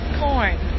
corn